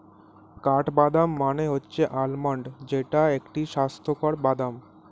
কাঠবাদাম মানে হচ্ছে আলমন্ড যেইটা একটি স্বাস্থ্যকর বাদাম